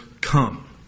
come